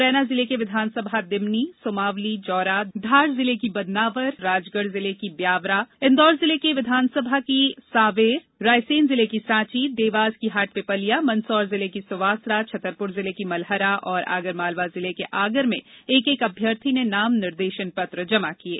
मुरैना जिले के विधानसभा दिमनी सुमावली जौरा धार जिले की बदनावर राजगढ़ जिले की ब्यावरा इंदौर जिले के विधानसभा की सांवेर रायसेन जिले की सॉची देवास की हाटपिपल्या मंदसौर जिले की सुवासरा छतरपुर जिले की मलहरा और आगर मालवा जिले के आगर में एक एक अभ्यर्थी ने नामनिर्देशन पत्र जमा किये